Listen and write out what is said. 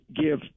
give